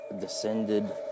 Descended